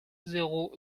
zéro